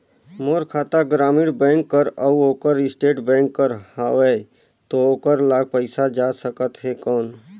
मोर खाता ग्रामीण बैंक कर अउ ओकर स्टेट बैंक कर हावेय तो ओकर ला पइसा जा सकत हे कौन?